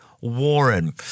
warren